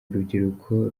urubyiruko